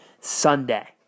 Sunday